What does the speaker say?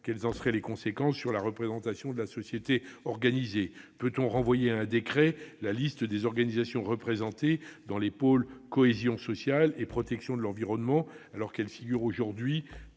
Quelles en seraient les conséquences sur la représentation de la société organisée ? Peut-on renvoyer à un décret la liste des organisations représentées dans les pôles « cohésion sociale » et « protection de l'environnement », alors qu'elle figure aujourd'hui